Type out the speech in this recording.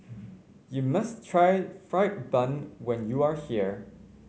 you must try fried bun when you are here